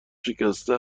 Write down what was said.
شکسته